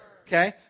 Okay